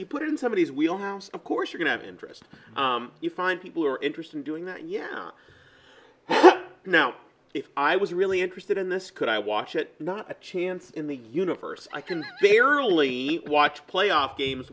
you put it in somebody's wheelhouse of course you're going to interest you find people who are interested in doing that yeah now if i was really interested in this could i watch it not a chance in the universe i can barely watch playoff games